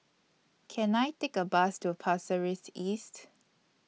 Can I Take A Bus to Pasir Ris East